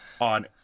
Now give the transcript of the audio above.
on